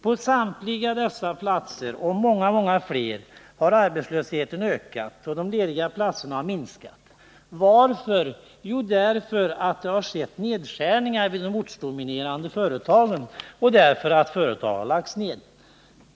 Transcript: På samtliga dessa platser och på många flera har arbetslösheten ökat och de lediga platserna minskat. Varför? Jo, därför att det har skett nedskärningar vid de ortsdominerande företagen eller därför att företag har lagts ned.